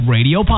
Radio